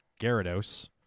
gyarados